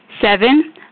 Seven